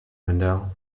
window